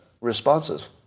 responses